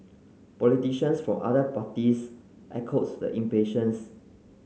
politicians from other parties echoed the impatience